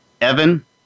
Evan